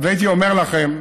אז הייתי אומר לכם,